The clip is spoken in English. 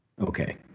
okay